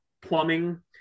plumbing